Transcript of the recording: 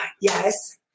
Yes